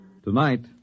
Tonight